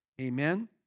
Amen